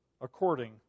according